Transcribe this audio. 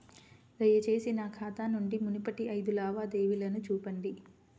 దయచేసి నా ఖాతా నుండి మునుపటి ఐదు లావాదేవీలను చూపండి